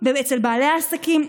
אצל בעלי העסקים,